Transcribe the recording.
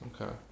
Okay